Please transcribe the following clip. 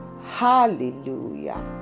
Hallelujah